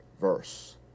verse